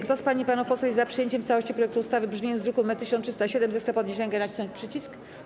Kto z pań i panów posłów jest za przyjęciem w całości projektu ustawy w brzmieniu z druku nr 1307, zechce podnieść rękę i nacisnąć przycisk.